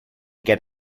get